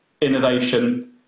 innovation